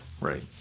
Right